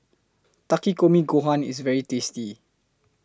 Takikomi Gohan IS very tasty